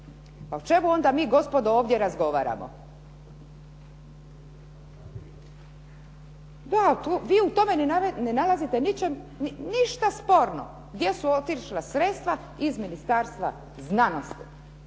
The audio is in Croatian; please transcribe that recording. Pa o čemu onda mi gospodo ovdje razgovaramo? Da, vi u tome ne nalazite ništa sporno. Gdje su otišla sredstva iz Ministarstva znanosti?